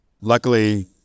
luckily